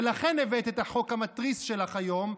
ולכן הבאת את החוק המתריס שלך היום,